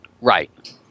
Right